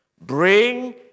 Bring